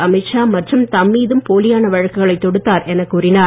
அமித்ஷா மற்றும் தம்மீதும் போலியான வழக்குகளை தொடுத்தார் என கூறினார்